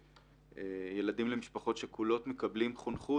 ילדים למשפחות שכולות מקבלי חונכות,